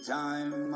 time